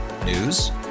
News